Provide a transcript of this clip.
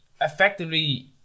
Effectively